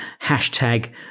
Hashtag